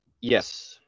Yes